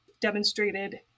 demonstrated